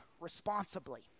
responsibly